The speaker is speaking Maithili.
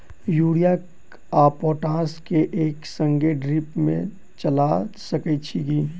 यूरिया आ पोटाश केँ एक संगे ड्रिप मे चला सकैत छी की?